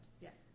Yes